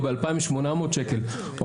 או ב-2,800 שקל,